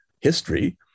history